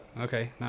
Okay